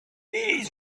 days